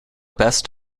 best